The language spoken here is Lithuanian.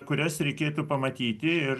kurias reikėtų pamatyti ir